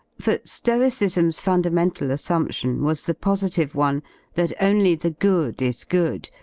for stoicism's funda mental assumption was the positive one that only the good is good,